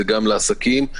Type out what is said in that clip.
לעסקים,